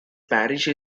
parish